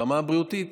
ברמה הבריאותית